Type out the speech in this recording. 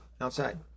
outside